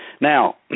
Now